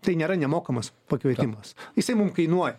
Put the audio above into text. tai nėra nemokamas pakeitimas jisai mums kainuoja